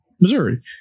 Missouri